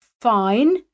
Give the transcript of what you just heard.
Fine